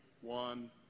one